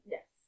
Yes